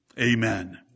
Amen